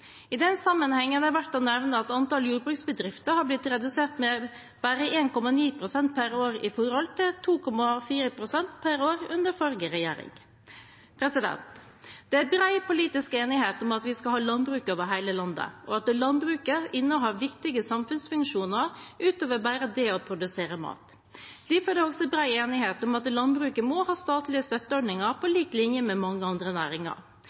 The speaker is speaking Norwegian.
I den sammenheng er det verdt å nevne at antall jordbruksbedrifter har blitt redusert med bare 1,9 pst. per år i forhold til 2,4 pst. under forrige regjering. Det er bred politisk enighet om at vi skal ha landbruk over hele landet, og at landbruket innehar viktige samfunnsfunksjoner utover bare det å produsere mat. Derfor er det også bred enighet om at landbruket må ha statlige støtteordninger på lik linje med mange andre næringer.